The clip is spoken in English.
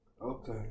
Okay